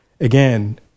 again